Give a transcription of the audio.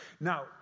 Now